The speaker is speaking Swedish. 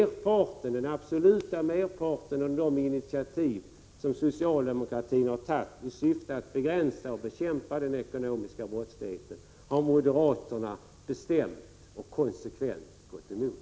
Den stora merparten av de initiativ socialdemokratin tagit i syfte att begränsa och bekämpa den ekonomiska brottsligheten har moderaterna bestämt och konsekvent gått emot.